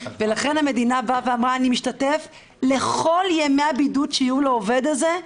ולכן המדינה אמרה: אני משתתפת לכל ימי הבידוד שיהיו לעובד הזה,